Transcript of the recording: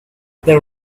they